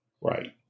Right